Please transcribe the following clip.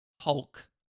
Hulk